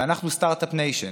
ואנחנו סטרטאפ ניישן,